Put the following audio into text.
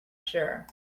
sure